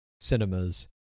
Cinemas